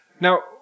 Now